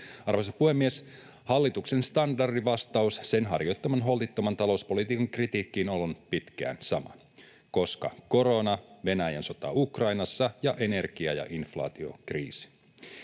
Arvoisa puhemies! Hallituksen standardivastaus sen harjoittaman holtittoman talouspolitiikan kritiikkiin on ollut pitkään sama: koska korona, Venäjän sota Ukrainassa ja energia- ja inflaatiokriisi.